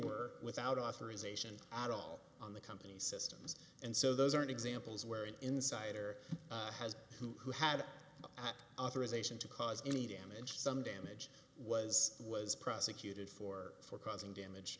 were without authorization at all on the company systems and so those are examples where an insider has who had at authorisation to cause any damage some damage was was prosecuted for for causing damage